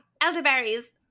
elderberries